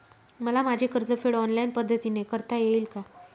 मला माझे कर्जफेड ऑनलाइन पद्धतीने करता येईल का?